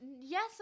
yes